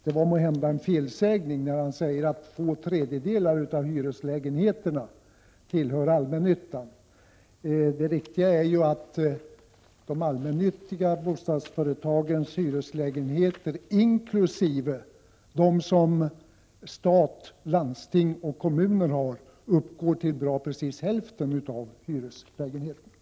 Det var måhända en felsägning när han sade att två tredjedelar av hyreslägenheterna tillhör allmännyttan. Det riktiga är ju att de allmännyttiga bostadsföretagens hyreslägenheter inkl. dem som stat, landsting och kommuner har uppgår till nästan precis hälften av hyreslägenheterna.